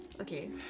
Okay